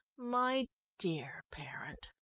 my dear parent,